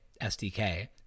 SDK